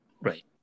right